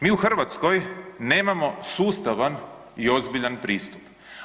Mi u Hrvatskoj nemamo sustavan i ozbiljan pristup.